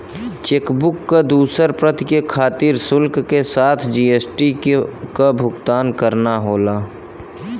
chequebook क दूसर प्रति के खातिर शुल्क के साथ जी.एस.टी क भुगतान करना होला